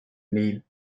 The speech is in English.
need